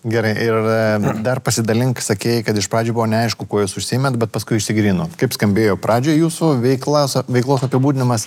gerai ir dar pasidalink sakei kad iš pradžių buvo neaišku kuo jūs užsiėmėt bet paskui išsigryninot kaip skambėjo pradžioj jūsų veikla sa veiklos apibūdinimas